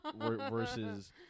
Versus